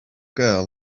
girl